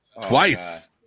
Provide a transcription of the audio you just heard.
twice